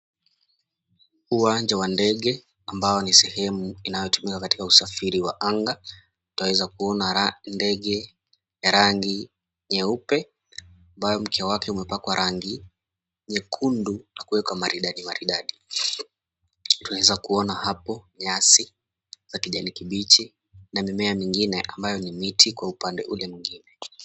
Uwanja wa ndege ambao ni sehemu inayotumika katika usafiri wa anga. Tunaweza kuona ndege ya rangi nyeupe ambayo mkia wake umepakwa rangi nyekundu na kuwekwa maridadi maridadi. Tunaweza kuona hapo nyasi za kijani kibichi na mimea nyingine ambayo ni miti kwa upande mwingine.